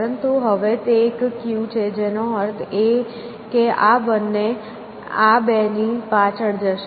પરંતુ હવે તે એક ક્યુ છે જેનો અર્થ એ કે આ બંને આ બે ની પાછળ જશે